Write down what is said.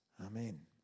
Amen